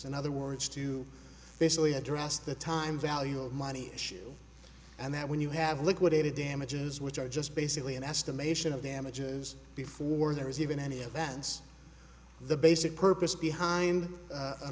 in other words to basically address the time value of money issue and that when you have liquidated damages which are just basically an estimation of damages before there is even any advance the basic purpose behind a